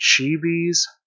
Chibi's